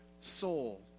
soul